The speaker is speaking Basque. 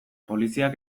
poliziak